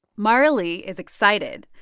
marley is excited,